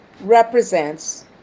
represents